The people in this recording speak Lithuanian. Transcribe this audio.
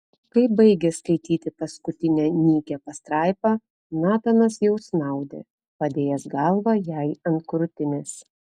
kai baigė skaityti paskutinę nykią pastraipą natanas jau snaudė padėjęs galvą jai ant krūtinės